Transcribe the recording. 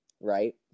right